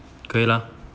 可以 lah